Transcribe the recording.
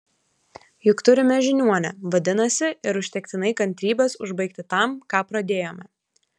juk turime žiniuonę vadinasi ir užtektinai kantrybės užbaigti tam ką pradėjome